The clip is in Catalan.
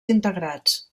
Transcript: integrats